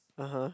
(uh huh)